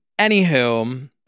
Anywho